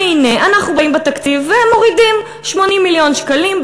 והנה אנחנו באים בתקציב ומורידים 80 מיליון שקלים,